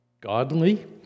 godly